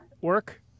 work